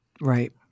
right